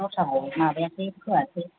दस्रा माबायासै फोआसै